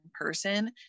person